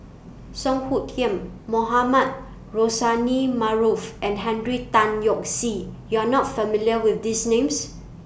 Song Hoot Kiam Mohamed Rozani Maarof and Henry Tan Yoke See YOU Are not familiar with These Names